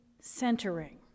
centering